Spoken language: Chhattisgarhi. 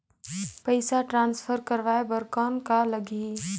पइसा ट्रांसफर करवाय बर कौन का लगही?